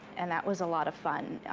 and that was a lot of fun.